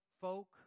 folk